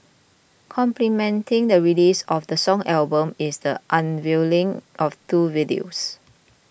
complementing the release of the song album is the unveiling of two videos